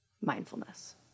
mindfulness